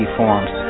forms